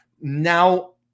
now